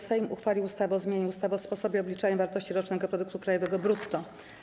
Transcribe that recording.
Sejm uchwalił ustawę o zmianie ustawy o sposobie obliczania wartości rocznego produktu krajowego brutto.